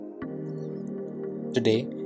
Today